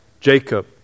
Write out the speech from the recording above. Jacob